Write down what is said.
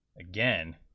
again